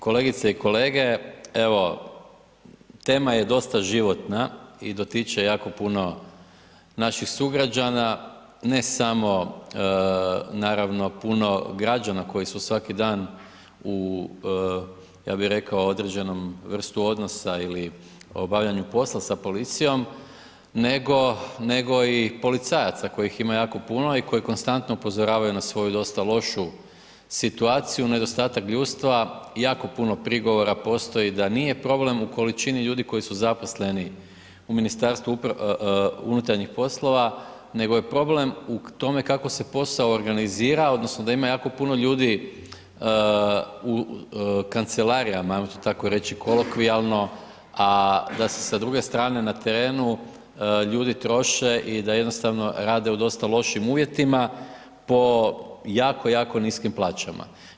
Kolegice i kolege, evo, tema je dosta životna i dotiče jako puno naših sugrađana, ne samo naravno puno građana koji su svaki dan u, ja bi rekao određenom vrstu odnosa ili obavljanju posla sa policijom, nego i policajaca kojih ima jako puno i koji konstantno upozoravaju na svoju dosta lošu situaciju, nedostatak ljudstva, jako puno prigovora postoji da nije problem u količini ljudi koji su zaposleni u MUP-u, nego je problem u tome kako se posao organizira odnosno da ima jako puno ljudi u kancelarijama, ajmo to tako reći kolokvijalno, a da se sa druge strane na terenu ljudi troše i da jednostavno rade u dosta lošim uvjetima po jako, jako niskim plaćama.